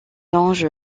longe